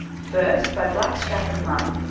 first by black strap and rum,